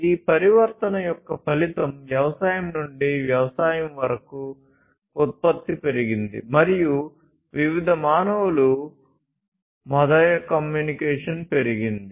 ఈ పరివర్తన యొక్క ఫలితం వ్యవసాయం నుండి వ్యవసాయం వరకు ఉత్పత్తి పెరిగింది మరియు వివిధ మానవుల మధ్య కమ్యూనికేషన్ పెరిగింది